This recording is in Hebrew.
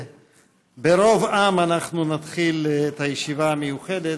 ברוב עם אנחנו נתחיל את הישיבה המיוחדת,